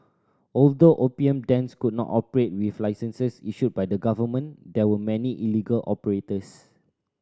although opium dens could not operate with licenses issued by the government there were many illegal operators